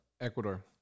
ecuador